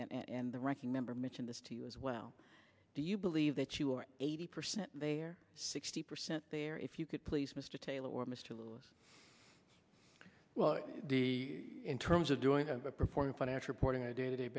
the ranking member mentioned this to you as well do you believe that you are eighty percent there sixty percent there if you could please mr taylor or mr lewis well the in terms of doing a performing finance reporting a day to day